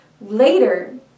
Later